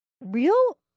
real